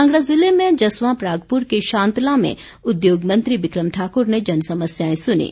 कांगड़ा ज़िले में जसवां परागपुर के शांतला में उद्योग मंत्री बिक्रम ठाक्र ने जन समस्याएं सुनीं